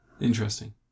interesting